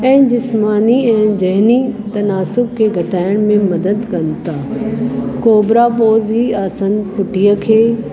ऐं जिस्मानी ऐं ज़हिनी तनासुब खे घटाइण में मदद कनि था कोबिरा पोज़ हीअ आसन पुठीअ खे